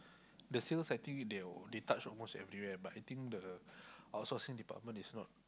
the sales I think they will they touch almost everywhere but I think the out sourcing department is not